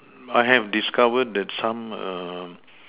I have discovered that some err